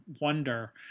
wonder